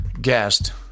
guest